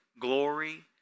glory